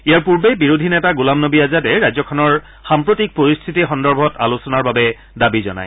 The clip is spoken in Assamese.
ইয়াৰ পূৰ্বে বিৰোধী নেতা গোলাম নবী আজাদে ৰাজ্যখনৰ সাম্প্ৰতিক পৰিস্থিতি সন্দৰ্ভত আলোচনাৰ বাবে দাবী জনায়